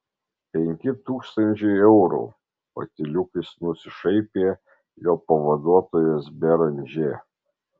penki tūkstančiai eurų patyliukais nusišaipė jo pavaduotojas beranžė